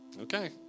Okay